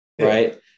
right